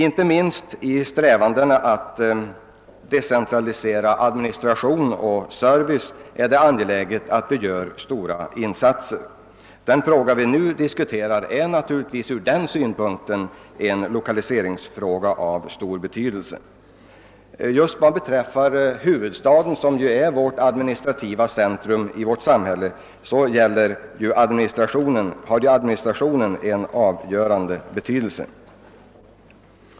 Inte minst när det gäller strä vandena att decentralisera administration och service är det angeläget att vi gör stora insatser. Den fråga vi nu diskuterar är naturligtvis från den synpunkten en lokaliseringsfråga av stor betydelse. Just vad beträffar huvudstaden, som ju är administrativt centrum i vårt samhälle, har administrationen en avgörande betydelse.